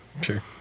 Sure